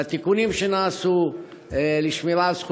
והתיקונים שנעשו לשמירה על זכויותיהם,